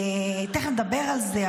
תכף נדבר על זה,